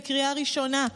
בקריאה ראשונה,